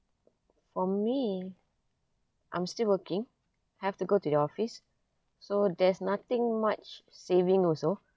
for me I'm still working have to go to the office so there's nothing much saving also